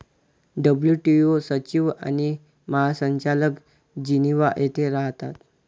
WTO सचिव आणि महासंचालक जिनिव्हा येथे राहतात